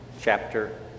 chapter